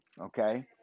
okay